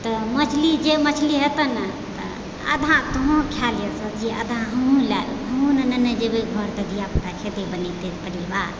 तऽ मछली जे मछली हेतै ने आधा तों खा लिहेँ सब्जी आधा हमहुँ लए लेब हमहुँ ने नेने जेबै घरपर धियापुता खेतै बनेतै परिवार